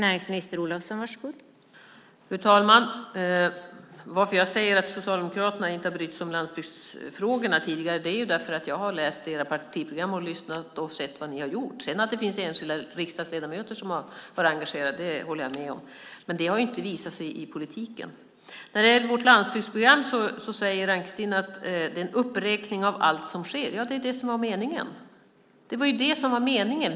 Fru talman! Anledningen till att jag säger att Socialdemokraterna inte brytt sig om landsbygdsfrågorna tidigare är att jag läst deras partiprogram och lyssnat och sett vad de gjort. Att det sedan finns enskilda riksdagsledamöter som varit engagerade håller jag med om. Det har dock inte visat sig i politiken. När det gäller vårt landsbygdsprogram säger Ann-Kristine att det är en uppräkning av allt som sker. Ja, det är meningen.